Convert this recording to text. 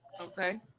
Okay